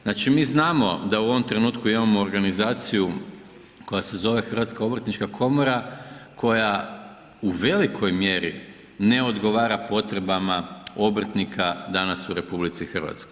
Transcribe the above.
Znači mi znamo da u ovom trenutku imamo organizaciju koja se zove Hrvatska obrtnička komora koja u velikoj mjeri ne odgovara potrebama obrtnika danas u RH.